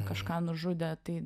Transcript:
kažką nužudė tai